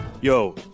Yo